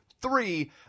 Three